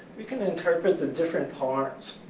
you can interpret the different parts